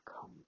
come